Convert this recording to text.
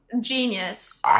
Genius